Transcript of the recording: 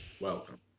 Welcome